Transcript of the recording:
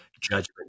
judgment